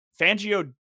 Fangio